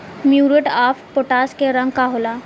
Muriate of potash के रंग का होला?